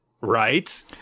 right